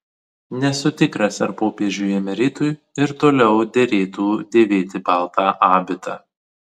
nesu tikras ar popiežiui emeritui ir toliau derėtų dėvėti baltą abitą